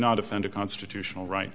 not defend a constitutional right